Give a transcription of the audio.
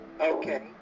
Okay